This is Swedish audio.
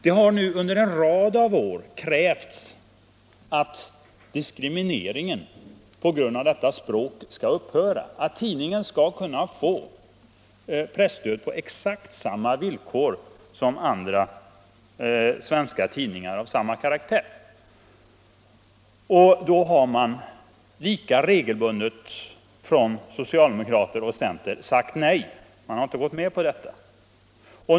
Det har nu under en rad av år krävts att diskrimineringen på grund av språket skall upphöra, att tidningen skall få presstöd på exakt samma villkor som andra svenska tidningar av samma karaktär. Då har man lika regelbundet från socialdemokratin och centern sagt nej. Man har inte gått med på detta.